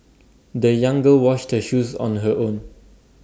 the young girl washed her shoes on her own